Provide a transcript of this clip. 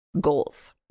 goals